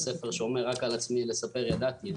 יש שיר שאומר "רק על עצמי לספר ידעתי",